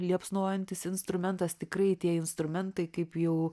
liepsnojantis instrumentas tikrai tie instrumentai kaip jau